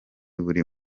buri